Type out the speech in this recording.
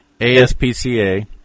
ASPCA